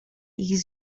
ich